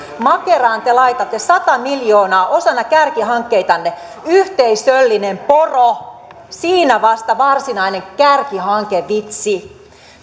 makeraan te laitatte sata miljoonaa osana kärkihankkeitanne yhteisöllinen poro siinä vasta varsinainen kärkihankevitsi